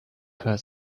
her